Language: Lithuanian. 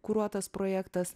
kuruotas projektas